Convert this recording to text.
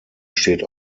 steht